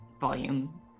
volume